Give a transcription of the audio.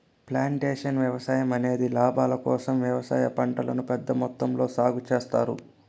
plantation వ్యవసాయం అనేది లాభాల కోసం వ్యవసాయ పంటలను పెద్ద మొత్తంలో సాగు చేత్తారు